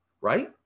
right